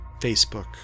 Facebook